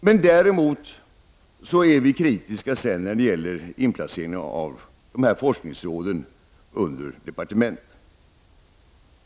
Vi är däremot kritiska när det gäller inplaceringen av dessa forskningsråd under departement.